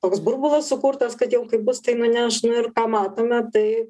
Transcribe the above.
toks burbulas sukurtas kad jau kaip bus tai nuneš ir matome tai